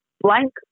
blank